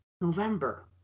November